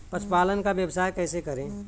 पशुपालन का व्यवसाय कैसे करें?